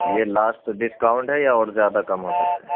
یہ last discount ہے یا اور زیادہ کم ہو سکتا ہے